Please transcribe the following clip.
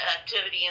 activity